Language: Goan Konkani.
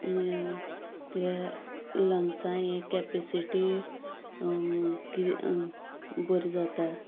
ते लंग्सां हें केॅपेसिटी कितें बरी जाता